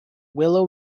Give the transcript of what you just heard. willow